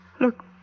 Look